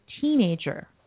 teenager